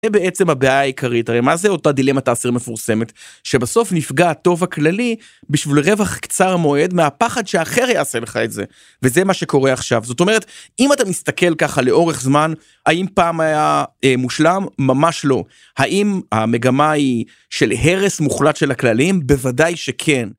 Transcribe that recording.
בעצם הבעיה העיקרית הרי מה זה אותה דילמה האסיר המפורסמת שבסוף נפגע הטוב הכללי בשביל רווח קצר מועד מהפחד שאחר יעשה לך את זה וזה מה שקורה עכשיו זאת אומרת אם אתה מסתכל ככה לאורך זמן האם פעם היה מושלם? ממש לא האם המגמה היא של הרס מוחלט של הכללים בוודאי שכן.